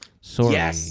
Sorry